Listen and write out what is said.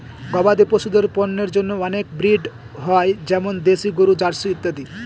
গবাদি পশুদের পন্যের জন্য অনেক ব্রিড হয় যেমন দেশি গরু, জার্সি ইত্যাদি